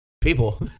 people